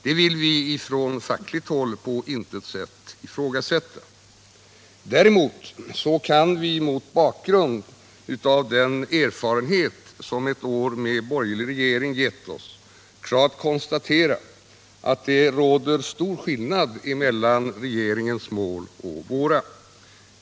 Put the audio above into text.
Det vill vi från fackligt håll på intet vis ifrågasätta. Däremot kan vi mot bakgrund av den erfarenhet som ett år med borgerlig regering gett oss klart konstatera att det råder stor skillnad mellan regeringens mål och våra.